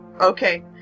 Okay